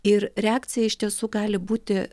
ir reakcija iš tiesų gali būti